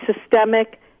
systemic